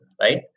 right